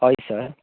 हय सर